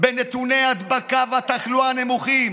בנתוני ההדבקה והתחלואה הנמוכים,